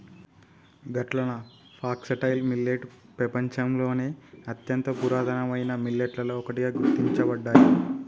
గట్లన foxtail millet పెపంచంలోని అత్యంత పురాతనమైన మిల్లెట్లలో ఒకటిగా గుర్తించబడ్డాయి